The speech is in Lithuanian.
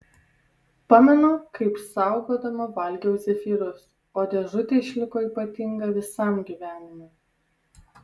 pamenu kaip saugodama valgiau zefyrus o dėžutė išliko ypatinga visam gyvenimui